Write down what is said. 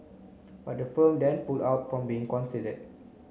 but the firm then pulled out from being considered